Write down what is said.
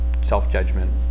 self-judgment